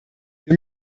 wir